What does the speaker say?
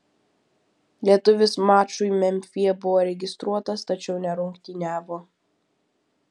lietuvis mačui memfyje buvo registruotas tačiau nerungtyniavo